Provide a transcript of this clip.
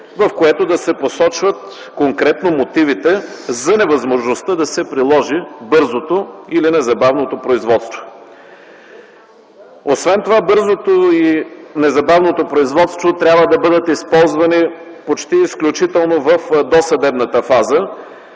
в което да се посочват конкретно мотивите за невъзможността да се приложи бързото или незабавното производство. Освен това бързото и незабавното производство трябва да бъдат използвани почти изключително в досъдебната фаза